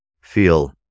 feel